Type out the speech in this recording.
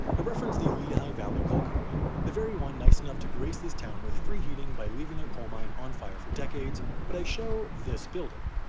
ah referenced the lehigh valley coal company the very one nice enough to grace this town with free heating by leaving their coal mine on fire for decades but i show this building.